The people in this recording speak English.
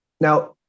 Now